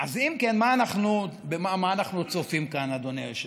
אז אם כן, במה אנחנו צופים כאן, אדוני היושב-ראש?